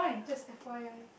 just F_Y_I